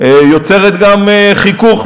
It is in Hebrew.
יוצרת גם חיכוך,